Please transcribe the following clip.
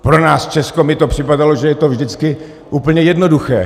Pro nás, Česko, mi to připadalo, že je to vždycky úplně jednoduché.